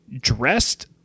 dressed